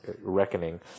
reckoning